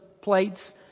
plates